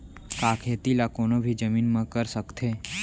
का खेती ला कोनो भी जमीन म कर सकथे?